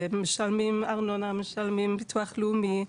משלמים ארנונה, משלמים ביטוח לאומי,